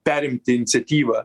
perimti iniciatyvą